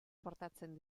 portatzen